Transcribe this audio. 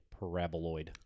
paraboloid